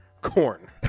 corn